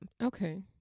Okay